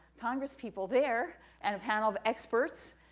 congresspeople there and a panel of experts,